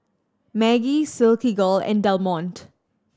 Maggi Silkygirl and Del Monte